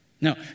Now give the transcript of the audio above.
No